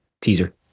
Teaser